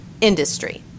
industry